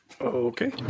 Okay